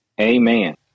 Amen